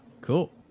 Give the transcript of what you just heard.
Cool